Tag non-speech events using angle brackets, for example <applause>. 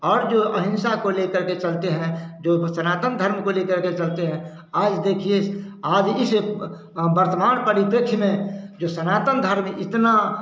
और जो अहिंसा को लेकर के चलते हैं जो सनातन धर्म को लेकर के चलते हैं आज देखिए आज इस <unintelligible> वर्तमान परिप्रेक्ष्य में जो सनातन धर्म इतना